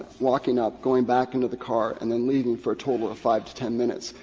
walking up, going back into the car, and then leaving, for a total of five to ten minutes.